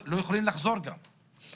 שתיקונים לחוקי יסוד,